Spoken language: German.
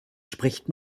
spricht